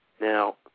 Now